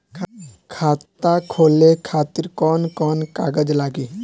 खाता खोले खातिर कौन कौन कागज लागी?